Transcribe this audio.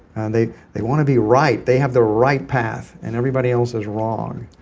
and they they want to be right. they have the right path and everybody else is wrong.